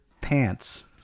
pants